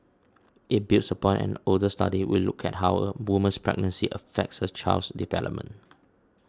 it builds upon an older study which looked at how a woman's pregnancy affects her child's development